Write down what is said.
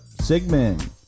Sigmund